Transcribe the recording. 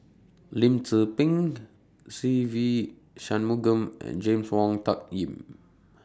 Lim Tze Peng Se Ve Shanmugam and James Wong Tuck Yim